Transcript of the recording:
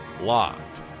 Locked